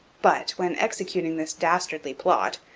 but, when executing this dastardly plot,